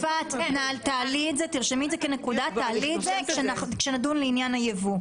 תעלי את זה כשנדון לעניין היבוא.